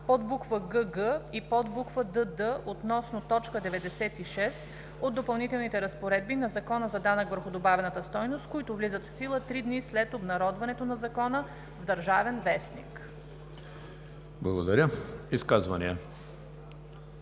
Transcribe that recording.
подбуква „гг“ и подбуква „дд“ относно т. 96 от допълнителните разпоредби на Закона за данък върху добавената стойност, които влизат в сила три дни след обнародването на Закона в „Държавен вестник“.“